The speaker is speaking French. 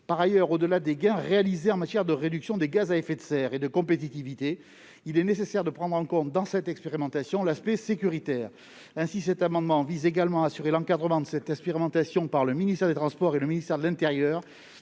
Par ailleurs, au-delà des gains réalisés en matière de réduction des gaz à effets de serre et de compétitivité, il est nécessaire de prendre en compte dans cette expérimentation l'aspect sécuritaire. Ainsi, cet amendement vise également à assurer l'encadrement de cette expérimentation par le ministère des transports et le ministère de l'intérieur,